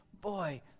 Boy